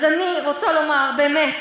אז אני רוצה לומר באמת,